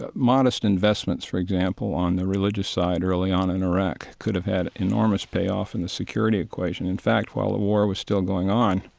ah modest investments, for example, on the religious side early on in iraq could have had enormous payoff in the security equation. in fact, while the war was still going on,